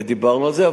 ודיברנו על זה.